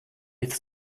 its